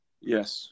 yes